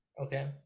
Okay